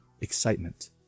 excitement